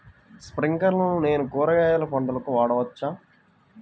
స్ప్రింక్లర్లను నేను కూరగాయల పంటలకు వాడవచ్చా?